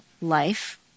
life